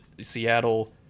Seattle